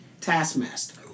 Taskmaster